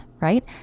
right